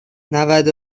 نود